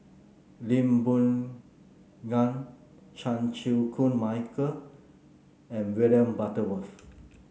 Lee Boon Ngan Chan Chew Koon Michael and William Butterworth